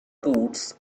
courts